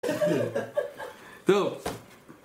(צחוק) טוב